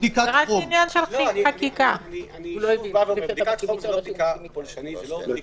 בדיקת חום אינה בדיקה פולשנית.